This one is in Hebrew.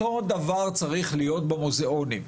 אותו דבר צריך להיות במוזיאונים,